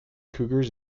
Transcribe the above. cougars